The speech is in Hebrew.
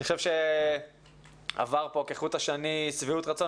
אני חושב שעברה פה כחוט השני שביעות רצון